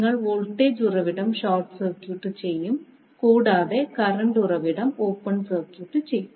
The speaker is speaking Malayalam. നിങ്ങൾ വോൾട്ടേജ് ഉറവിടം ഷോർട്ട് സർക്യൂട്ട് ചെയ്യും കൂടാതെ കറണ്ട് ഉറവിടം ഓപ്പൺ സർക്യൂട്ട് ചെയ്യും